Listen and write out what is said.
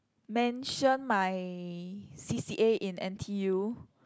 mention my c_c_a in n_t_u